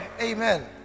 Amen